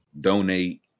donate